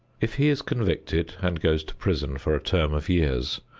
if he is convicted and goes to prison for a term of years,